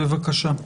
בקשה.